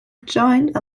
joined